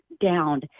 down